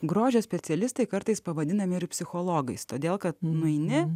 grožio specialistai kartais pavadinami ir psichologais todėl kad nueini